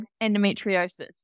endometriosis